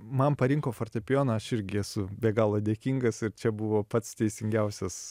man parinko fortepijoną aš irgi esu be galo dėkingas ir čia buvo pats teisingiausias